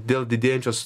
dėl didėjančios